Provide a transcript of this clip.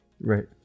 Right